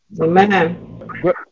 Amen